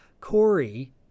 Corey